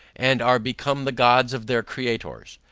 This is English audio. and are become the gods of their creators.